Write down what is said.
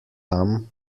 tam